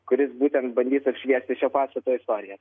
kuris būtent bandys apšviesti šio pastato istoriją